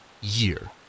year